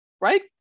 right